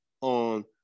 on